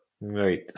Right